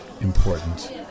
important